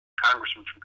congressman